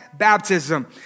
baptism